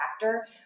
factor